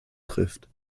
trifft